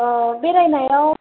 अ बेरायनायाव